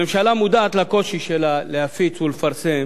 המדינה מודעת לקושי שלה להפיץ ולפרסם